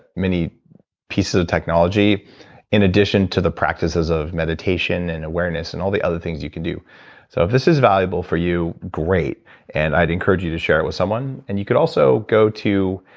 many pieces of technology in addition to the practices of meditation and awareness and all the other things you can do so if this is valuable for you, great and i'd encourage you to share it with someone and you could also go to